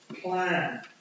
plan